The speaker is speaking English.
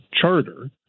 Charter